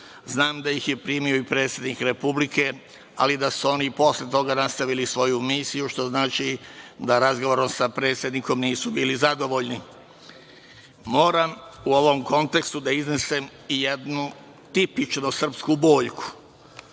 Znam da ih je primio i predsednik Republike, ali da su oni i posle toga nastavili svoju misiju, što znači da razgovorom sa predsednikom nisu bili zadovoljni. Moram u ovom kontekstu da iznesem i jednu tipično srpsku boljku,